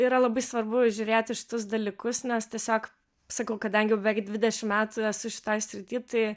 yra labai svarbu žiūrėti šitus dalykus nes tiesiog sakau kadangi jau beveik dvidešim metų esu šitoj srity tai